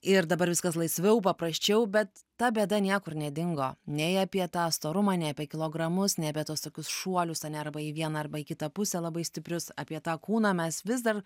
ir dabar viskas laisviau paprasčiau bet ta bėda niekur nedingo nei apie tą storumą nei apie kilogramus nei apie tuos tokius šuolius ane arba į vieną arba į kitą pusę labai stiprius apie tą kūną mes vis dar